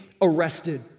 arrested